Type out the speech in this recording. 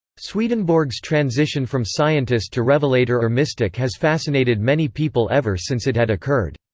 swedenborg's transition from scientist to revelator or mystic has fascinated many people ever since it had occurred.